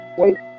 wait